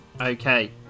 okay